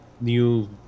new